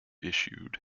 issued